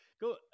Go